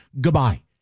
Goodbye